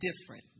different